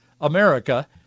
America